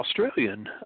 Australian